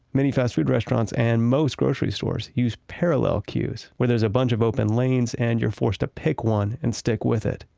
many fast food restaurants and most grocery stores use parallel queues, where there's a bunch of open lanes and you're forced to pick one and stick with it.